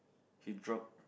he drop